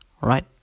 Right